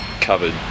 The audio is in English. covered